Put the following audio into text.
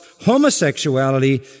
homosexuality